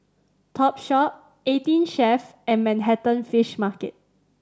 Topshop Eighteen Chef and Manhattan Fish Market